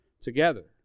together